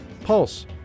pulse